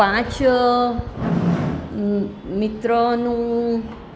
પાંચ મિત્રોનું